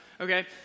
okay